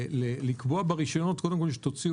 ולקבוע קודם כול ברישיונות שתוציאו